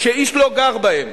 שאיש לא גר בהן.